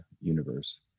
universe